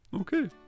Okay